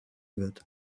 wird